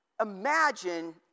Imagine